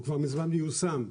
הוא כבר מזמן מיושם,